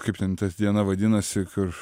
kaip ten ta diena vadinasi kur